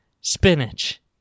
spinach